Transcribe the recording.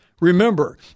Remember